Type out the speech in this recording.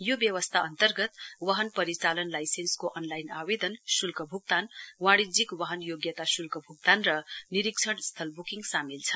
यो व्यवस्था अन्तर्गत वाहन परिचालन लाइसेन्सको अनलाइन आवेदन श्ल्क भुक्तान वाणिज्यिक वाहन योग्यता शुल्क भुक्तान र निरीक्षण स्थल बुकिङ सामेल छ